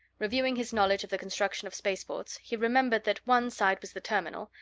reviewing his knowledge of the construction of spaceports, he remembered that one side was the terminal,